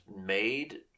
made